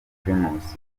primus